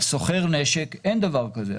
על סוחר נשק אין דבר כזה.